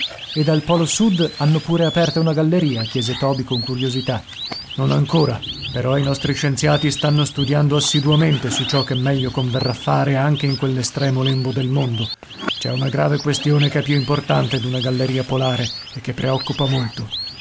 ed al polo sud hanno pure aperta una galleria chiese toby con curiosità non ancora però i nostri scienziati stanno studiando assiduamente su ciò che meglio converrà fare anche in quell'estremo lembo del mondo c'è una grave questione che è più importante d'una galleria polare e che preoccupa molto